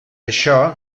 això